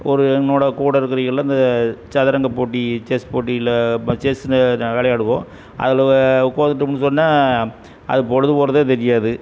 ஒரு என்னோடய கூட இருக்கிறவங்கள்லாம் இந்த சதுரங்க போட்டி செஸ் போட்டியில் செஸ்ஸில் விளையாடுவோம் அதில் உக்கார்ந்துட்டோம்னு சொன்னால் அது பொழுது போகிறதே தெரியாது